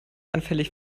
anfällig